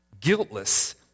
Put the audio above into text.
guiltless